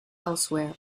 elsewhere